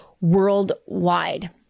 worldwide